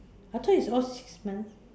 I thought it's all six months